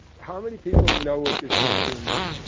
how many people know what this cartoon means?